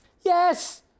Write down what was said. Yes